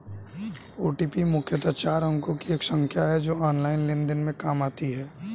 OTP मुख्यतः चार अंकों की एक संख्या है जो ऑनलाइन लेन देन में काम आती है